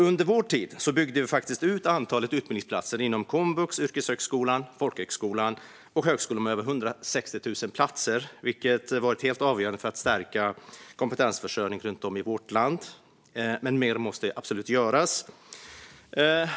Under Socialdemokraternas tid i regering byggde vi ut antalet utbildningsplatser inom komvux, yrkeshögskolan, folkhögskolan och högskolan med över 160 000 platser, vilket var helt avgörande för att stärka kompetensförsörjningen runt om i landet. Men mer måste absolut göras.